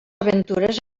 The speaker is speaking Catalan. aventures